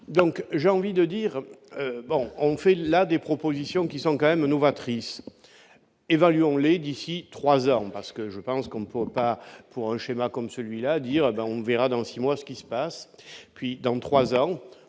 donc j'ai envie de dire, bon, on fait là des propositions qui sont quand même novatrice évaluons les d'ici 3 ans parce que je pense qu'on ne peut pas pour un schéma comme celui-là, dira bah on verra dans 6 mois, ce qui se passe, puis dans 3 ans,